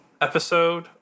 episode